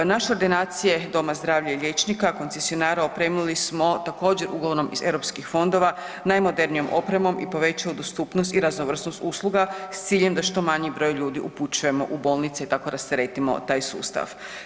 Naše ordinacije doma zdravlja i liječnika koncesionara opremili smo također ugovorom iz EU fondova najmodernijom opremom i povećali dostupnost i raznovrsnost usluga s ciljem da što manji broj ljudi upućujemo u bolnice i tako rasteretimo taj sustav.